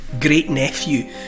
great-nephew